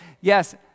Yes